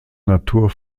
natur